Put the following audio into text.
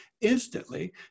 instantly